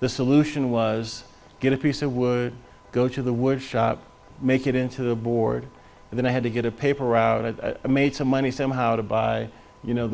the solution was get a piece of wood go to the wood shop make it into the board and then i had to get a paper route it made some money somehow to buy you know the